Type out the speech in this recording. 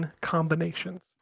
combinations